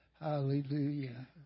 Hallelujah